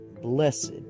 Blessed